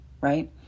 right